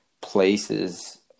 places